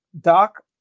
Doc